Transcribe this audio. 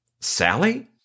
Sally